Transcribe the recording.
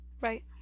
Right